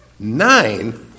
Nine